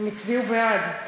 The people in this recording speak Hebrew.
הם הצביעו בעד.